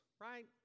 right